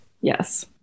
Yes